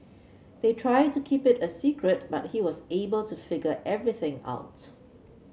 they tried to keep it a secret but he was able to figure everything out